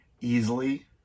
easily